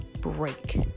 break